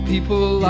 People